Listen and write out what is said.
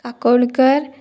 काकोणकार